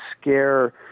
scare